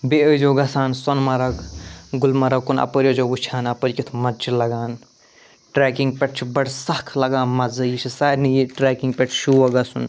بیٚیہِ ٲسۍ زیٛو گژھان سۄنہٕ مرگ گُلمرگ کُن اَپٲرۍ ٲسۍ زیٛو وُچھان اَپٲرۍ کیٛتھ مَزٕ چھُ لَگان ٹرٛیکِنٛگ پٮ۪ٹھ چھُ بَڑٕ سَخ لَگان مَزٕ یہِ چھِ سارنٕے یہِ ٹریٚکِنٛگ پٮ۪ٹھ شوق گژھُن